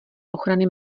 ochrany